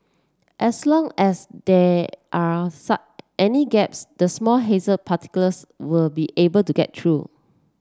as long as there are any gaps the small haze particles were be able to get through